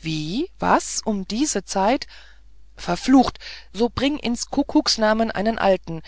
wie was um diese zeit verflucht so bringt ins kuckucks namen einen alten